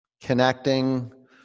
Connecting